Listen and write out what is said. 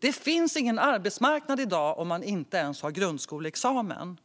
Det finns ingen arbetsmarknad i dag om man inte ens har grundskoleexamen,